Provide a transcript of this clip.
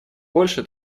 больше